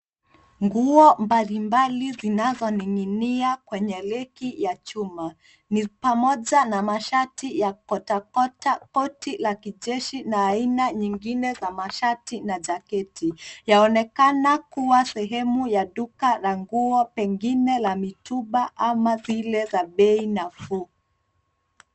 Nguo mbalimbali zinazoningi'inia kwenye reki ya chuma. Ni pamoja na mashati ya quater quater ,koti ya kijeshi na aina nyingine za mashati na jaketi. Yaonekana kuwa sehemu ya duka la nguo pengine la mitumba ama zile za bei nafuu.